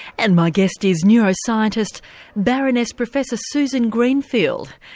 and my guest is neuroscientist baroness professor susan greenfield,